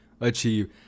achieve